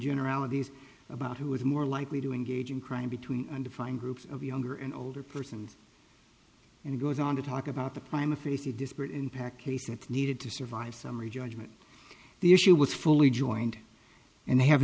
generalities about who is more likely to engage in crime between undefined groups of younger and older persons and it goes on to talk about the crime of fifty disparate impact case it needed to survive summary judgment the issue was fully joined and they have